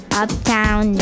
uptown